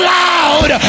loud